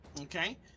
okay